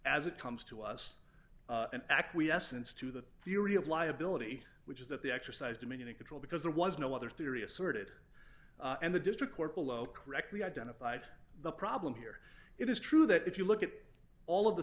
as it comes to us and acquiescence to the theory of liability which is that they exercise dominion and control because there was no other theory asserted and the district court below correctly identified the problem here it is true that if you look at all of the